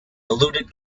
eluded